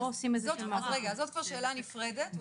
זאת כבר שאלה נפרדת,